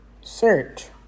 Search